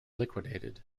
liquidated